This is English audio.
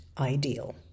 ideal